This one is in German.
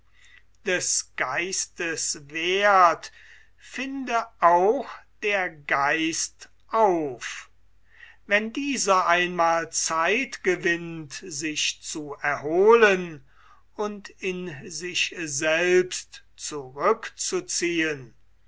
des geistes werth finde der geist auf wenn dieser einmal zeit gewinnt sich zu erholen und in sich selbst zurückzuziehen